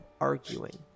arguing